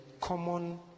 common